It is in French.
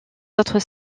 autres